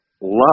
love